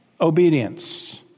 obedience